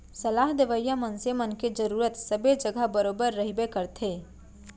सलाह देवइया मनसे मन के जरुरत सबे जघा बरोबर रहिबे करथे